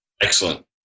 Excellent